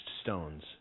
stones